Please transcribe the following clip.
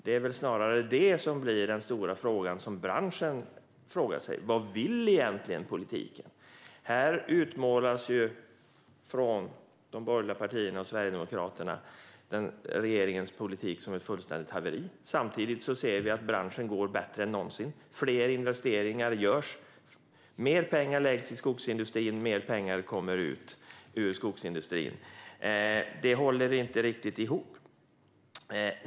Det är väl snarare det som blir den stora frågan som branschen ställer. Vad vill egentligen politiken? De borgerliga partierna och Sverigedemokraterna utmålar ju regeringens politik som ett fullständigt haveri. Samtidigt ser vi att branschen går bättre än någonsin. Fler investeringar görs. Mer pengar går till skogsindustrin och mer pengar kommer ut ur den. Det håller inte riktigt ihop.